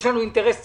יש אינטרס ציבורי.